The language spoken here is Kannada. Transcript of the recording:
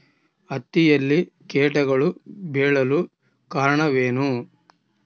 ಹತ್ತಿಯಲ್ಲಿ ಕೇಟಗಳು ಬೇಳಲು ಕಾರಣವೇನು?